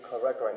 correct